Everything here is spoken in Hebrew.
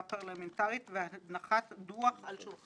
"ועדת חקירה פרלמנטרית תניח על שולחן